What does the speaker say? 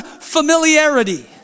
Familiarity